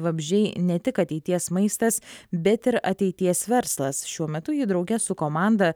vabzdžiai ne tik ateities maistas bet ir ateities verslas šiuo metu ji drauge su komanda